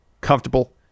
comfortable